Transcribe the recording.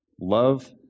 love